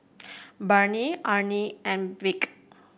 Barney Arne and Beckett